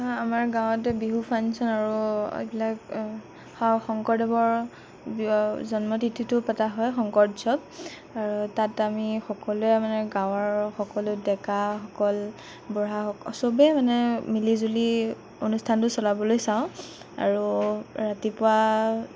আমাৰ গাঁৱতে বিহু ফাংচন আৰু এইবিলাক শংকৰদেৱৰ জন্ম তিথিটোও পতা হয় শংকৰ উৎসৱ আৰু তাত আমি সকলোৱে মানে গাঁৱৰ সকলো ডেকাসকল বুঢ়াসকল চবেই মানে মিলিজুলি অনুষ্ঠানটো চলাবলৈ চাওঁ আৰু ৰাতিপুৱা